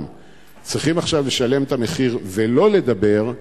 צריכים עכשיו לשלם את המחיר ולא לדבר,